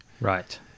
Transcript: Right